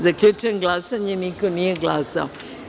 Zaključujem glasanje: niko nije glasao.